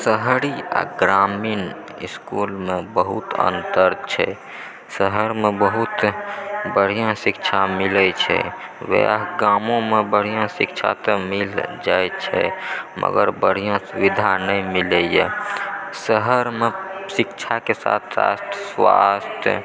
शहरी आ ग्रामीण इसकुल बहुत अन्तर छै शहरमे बहुत बढ़िआँ शिक्षा मिलैत छै ओएह गामोमे बढ़िआँ शिक्षा तऽ मिल जाइत छै मगर बढ़िआँ सुविधा नहि मिलैए शहरमे शिक्षाकेँ साथ साथ स्वास्थ